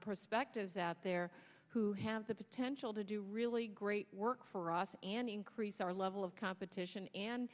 perspectives out there who have the potential to do really great work for us and increase our level of competition and